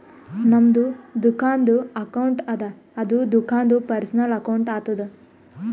ನಮ್ದು ದುಕಾನ್ದು ಅಕೌಂಟ್ ಅದ ಅದು ದುಕಾಂದು ಪರ್ಸನಲ್ ಅಕೌಂಟ್ ಆತುದ